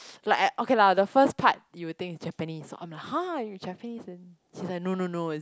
like I okay lah the first part you think is Japanese I'm like !huh! you Japanese then she's said no no no